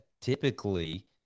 typically